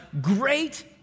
great